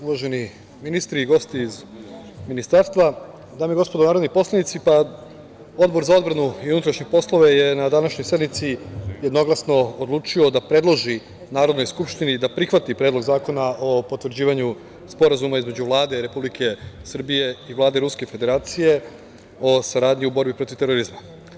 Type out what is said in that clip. Uvaženi ministri i gosti iz ministarstva, dame i gospodo narodni poslanici, Odbor za odbranu i unutrašnje poslove je na današnjoj sednici jednoglasno odlučio da predloži Narodnoj skupštini da prihvati Predlog zakona o potvrđivanju Sporazuma između Vlade Republike Srbije i Vlade Ruske Federacije o saradnji u borbi protiv terorizma.